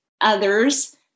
others